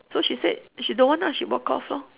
so she said she don't want ah she walk off lor